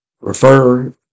refer